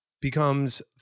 becomes